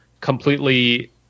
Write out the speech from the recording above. completely